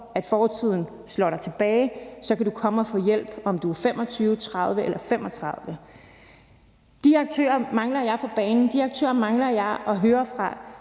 fortiden slår dig tilbage, så kan du komme og få hjælp, om du er 25, 30 eller 35 år. De aktører mangler jeg på banen. De aktører mangler jeg at høre fra.